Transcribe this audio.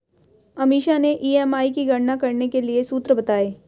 अमीषा ने ई.एम.आई की गणना करने के लिए सूत्र बताए